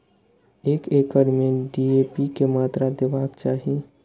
एक एकड़ में डी.ए.पी के मात्रा देबाक चाही?